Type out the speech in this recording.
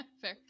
fair